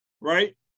right